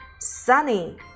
Sunny